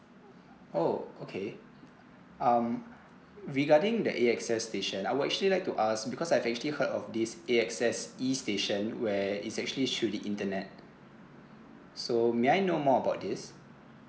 oh okay um regarding the A_X_S station I will actually like to ask because I've actually heard of this A_X_S E station where is actually through the internet so may I know more about this